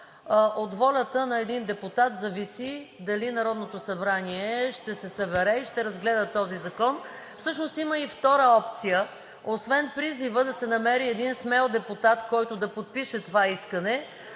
От волята на един депутат зависи дали Народното събрание ще се събере и ще разгледа този закон. Всъщност има и втора опция – освен призива да се намери един смел депутат, който да подпише това искане,